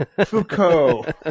Foucault